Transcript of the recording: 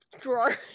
drawer